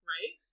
Right